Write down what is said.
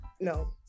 no